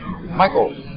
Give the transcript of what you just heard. Michael